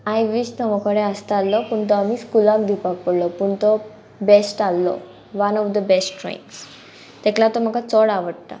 I विश तो मू कडेन आसतालो पूण तो आमी स्कुलाक दिवपाक पडलो पूण तो बेस्ट आहलो one of the best drawings तेक लागो म्हाका चोड आवडटा